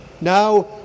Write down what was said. Now